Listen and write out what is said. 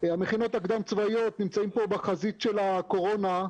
המכינות הקדם צבאיות נמצאות פה בחזית של הקורונה.